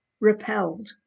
repelled